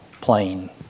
plane